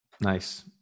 Nice